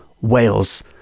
Wales